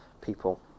people